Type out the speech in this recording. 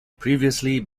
previously